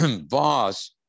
boss